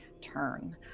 turn